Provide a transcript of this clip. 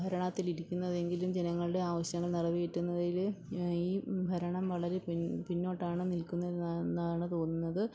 ഭരണത്തിലിരിക്കുന്നതെങ്കിലും ജനങ്ങളുടെ ആവശ്യങ്ങൾ നിറവേറ്റുന്നതിൽ ഈ ഭരണം വളരെ പിന്നോട്ടാണ് നിൽക്കുന്ന തെന്നാണ് തോന്നുന്നത്